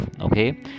okay